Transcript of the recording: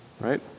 Right